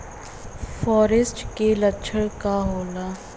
फारेस्ट के लक्षण का होला?